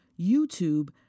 YouTube